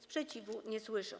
Sprzeciwu nie słyszę.